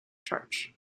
charge